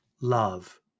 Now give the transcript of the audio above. love